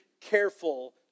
careful